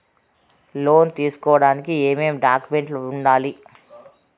లోను తీసుకోడానికి ఏమేమి డాక్యుమెంట్లు ఉండాలి